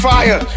Fire